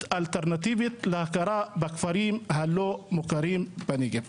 אלטרנטיבית להכרה בכפרים הלא מוכרים בנגב.